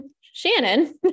Shannon